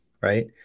right